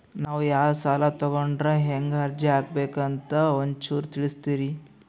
ನಾವು ಯಾ ಸಾಲ ತೊಗೊಂಡ್ರ ಹೆಂಗ ಅರ್ಜಿ ಹಾಕಬೇಕು ಅಂತ ಒಂಚೂರು ತಿಳಿಸ್ತೀರಿ?